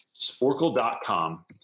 Sporkle.com